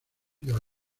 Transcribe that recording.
your